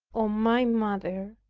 oh my mother,